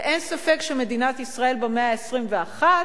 ואין ספק שמדינת ישראל במאה ה-21,